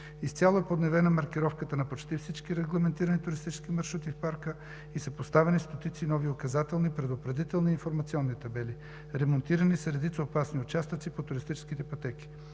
Изцяло е подновена маркировката на почти всички регламентирани туристически маршрути в парка и са поставени стотици нови указателни, предупредителни и информационни табели. Ремонтирани са редица опасни участъци по туристическите пътеки.